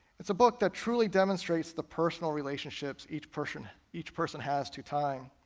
it's a book that truly demonstrates the personal relationships each person each person has to time.